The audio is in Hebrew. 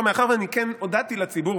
מאחר שאני כן הודעתי לציבור,